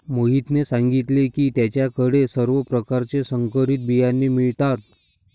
मोहितने सांगितले की त्याच्या कडे सर्व प्रकारचे संकरित बियाणे मिळतात